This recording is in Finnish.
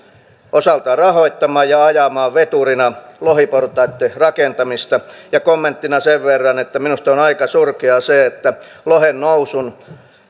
osaltaan rahoittamaan ja ajamaan veturina lohiportaitten rakentamista ja kommenttina sen verran että minusta on aika surkeaa se että lohen nousun